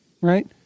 right